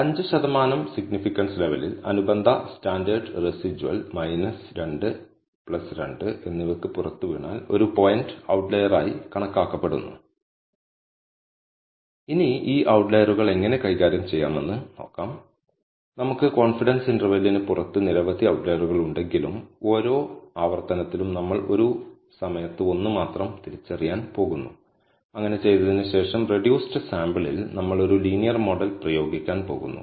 5 ശതമാനം സിഗ്നിഫിക്കൻസ് ലെവലിൽ അനുബന്ധ സ്റ്റാൻഡേർഡ് റെസിജ്വൽ 2 2 എന്നിവക്ക് പുറത്ത് വീണാൽ ഒരു പോയിന്റ് ഔട്ട്ലൈയറായി കണക്കാക്കപ്പെടുന്നു ഇനി ഈ ഔട്ട്ലൈയറുകൾ എങ്ങനെ കൈകാര്യം ചെയ്യാമെന്ന് നോക്കാം നമുക്ക്കോൺഫിഡൻസ് ഇന്റെർവെല്ലിന് പുറത്ത് നിരവധി ഔട്ട്ലറുകൾ ഉണ്ടെങ്കിലും ഓരോ ആവർത്തനത്തിലും നമ്മൾ ഒരു സമയത്ത് ഒന്ന് മാത്രം തിരിച്ചറിയാൻ പോകുന്നു അങ്ങനെ ചെയ്തതിന് ശേഷം റെഡ്യൂസ്ഡ് സാമ്പിളിൽ നമ്മൾ ഒരു ലീനിയർ മോഡൽ പ്രയോഗിക്കാൻ പോകുന്നു